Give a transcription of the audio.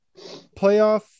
playoff